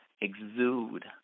exude